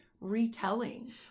retelling